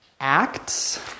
Acts